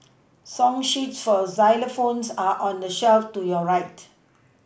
song sheets for xylophones are on the shelf to your right